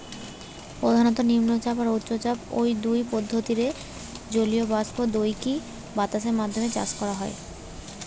প্রধানত নিম্নচাপ আর উচ্চচাপ, ঔ দুই পদ্ধতিরে জলীয় বাষ্প দেইকি বাতাসের মাধ্যমে চাষ করা হয়